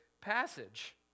passage